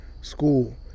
School